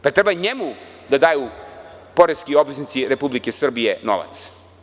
Da li treba njemu da daju poreski obveznici Republike Srbije novac?